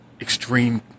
extreme